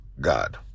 God